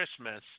christmas